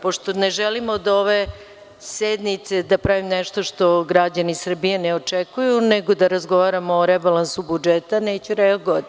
Pošto ne želim da od ove sednice pravim nešto što građani Srbije ne očekuju, nego da razgovaramo o rebalansu budžeta, neću reagovati.